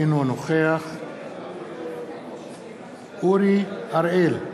אינו נוכח אורי אריאל,